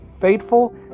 fateful